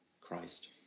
Christ